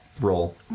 roll